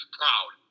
proud